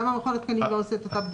למה מכון התקנים לא עושה את אותה בדיקה?